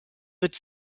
wird